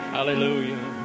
Hallelujah